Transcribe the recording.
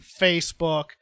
Facebook